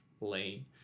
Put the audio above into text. lane